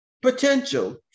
potential